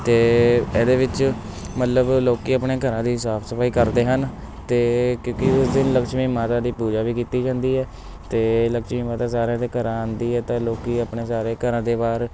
ਅਤੇ ਇਹਦੇ ਵਿੱਚ ਮਤਲਬ ਲੋਕ ਆਪਣੇ ਘਰਾਂ ਦੀ ਸਾਫ ਸਫਾਈ ਕਰਦੇ ਹਨ ਅਤੇ ਕਿਉਂਕਿ ਉਸ ਦਿਨ ਲਕਛਮੀ ਮਾਤਾ ਦੀ ਪੂਜਾ ਵੀ ਕੀਤੀ ਜਾਂਦੀ ਹੈ ਕਿਤੇ ਲਕਛਮੀ ਮਾਤਾ ਸਾਰਿਆਂ ਦੇ ਘਰਾਂ ਆਉਂਦੀ ਆ ਤਾਂ ਲੋਕ ਆਪਣੇ ਸਾਰੇ ਘਰਾਂ ਦੇ ਬਾਹਰ